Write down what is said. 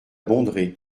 bondrée